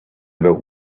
about